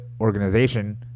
organization